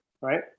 Right